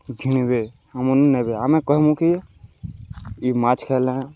ଘିଣ୍ବେ ଆମର୍ନୁ ନେବେ ଆମେ କହେମୁ କି ଇ ମାଛ୍ ଖାଏଲେ